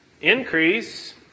increase